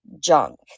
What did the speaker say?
junk